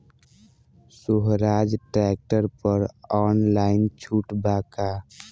सोहराज tractor पर online छूट बा का?